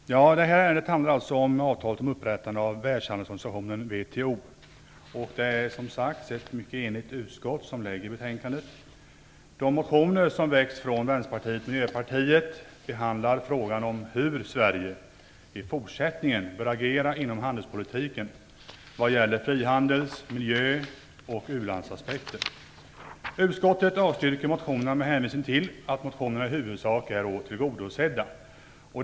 Fru talman! Det här ärendet handlar alltså om avtalet om upprättande av världshandelsorganisationen WTO. Det är, som sagts, ett mycket enigt utskott som lägger fram betänkandet. De motioner som Vänsterpartiet och Miljöpartiet väckt behandlar frågan om hur Sverige bör agera i fortsättningen inom handelspolitiken med tanke på frihandels-, miljö och u-landsaspekterna. Utskottet avstyrker motionerna med hänvisning till att de i huvudsak är tillgodosedda.